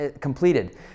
completed